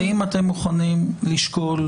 האם אתם מוכנים לשקול,